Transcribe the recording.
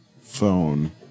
phone